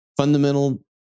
Fundamental